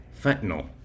fentanyl